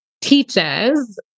teaches